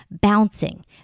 bouncing